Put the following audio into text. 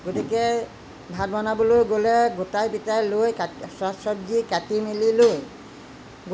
গতিকে ভাত বনাবলৈ গ'লে গোটাই পিতাই লৈ শাক চব্জি কাটি মেলি লৈ